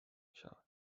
میشوند